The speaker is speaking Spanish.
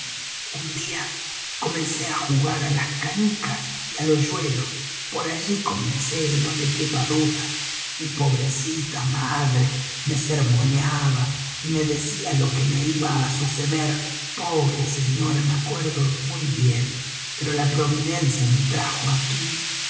un día comencé á jugar á las canicas y al hoyuelo por allí comencé no te quepa duda mi pobrecita madre me sermoneaba y me decía lo que me iba á suceder pobre señora me acuerdo muy bien pero la providencia me trajo aquí